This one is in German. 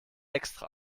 extra